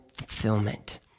fulfillment